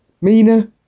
Mina